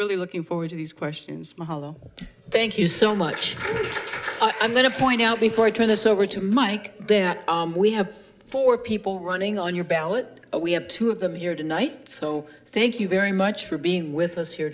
really looking forward to these questions mahalo thank you so much i'm going to point out before i turn this over to mike that we have four people running on your ballot we have two of them here tonight so thank you very much for being with us here